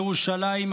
ירושלים,